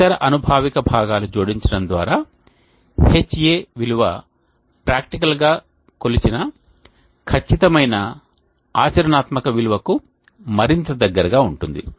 ఇతర అనుభావిక భాగాలు జోడించడం ద్వారా Ha విలువ ప్రాక్టికల్ గా కొలిచిన ఖచ్చితమైన ఆచరణాత్మక విలువకు మరింత దగ్గరగా ఉంటుంది